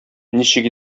ничек